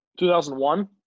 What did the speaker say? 2001